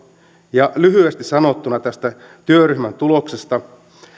ja lyhyesti sanottuna näistä työryhmän tuloksista